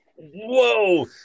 Whoa